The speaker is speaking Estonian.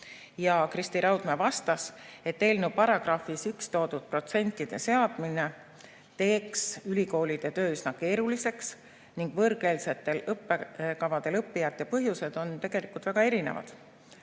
Kristi Raudmäe vastas, et eelnõu §-s 1 toodud protsentide seadmine teeks ülikoolide töö üsna keeruliseks ning võõrkeelsetel õppekavadel õppijate põhjused on väga erinevad.